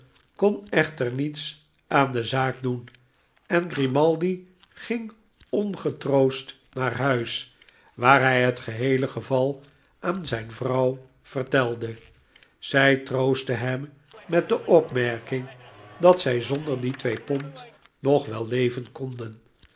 kon echter niets aan de zaak doen en grimaldi ging ongetroost naar huis waar hij het geheele geval aan zijne vrouw vertelde zij troostte hem met de opmerking dat zij zonder die twee pond nog wel leven konden